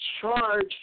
charge